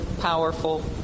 powerful